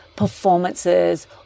performances